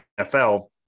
NFL